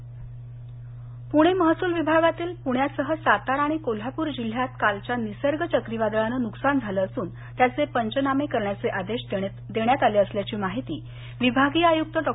पंचनामे पुणे महसूल विभागातील पुण्यासह सातारा आणि कोल्हापूर जिल्ह्यात कालच्या निसर्ग चक्रीवादळांन नुकसान झालं असून त्याचे पंचनामे करण्याचे आदेश देण्यात आले असल्याची माहिती विभागीय आयुक्त डॉ